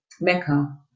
Mecca